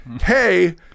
hey